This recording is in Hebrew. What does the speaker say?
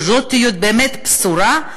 וזאת תהיה באמת בשורה,